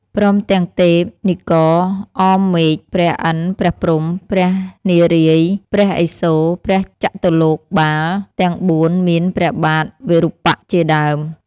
ព្រមទាំងទេពនិករអមរមេឃ ព្រះឥន្ទ្រព្រះព្រហ្ម ពព្រះនារាយណ៍ ព្រះឥសូរ ព្រះចតុលោកបាលទាំង ៤ មានព្រះបាទវិរូបក្ខជាដើម